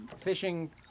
fishing